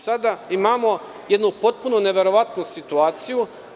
Sada imamo jednu potpuno neverovatnu situaciju.